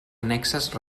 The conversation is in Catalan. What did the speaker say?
annexes